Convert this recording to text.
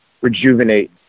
rejuvenate